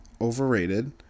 overrated